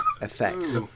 effects